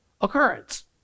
occurrence